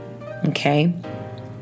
okay